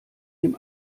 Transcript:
dem